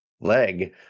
leg